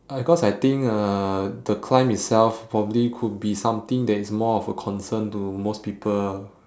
because I think uh the climb itself probably could be something that is more of a concern to most people